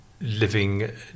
Living